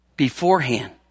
beforehand